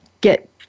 get